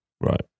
Right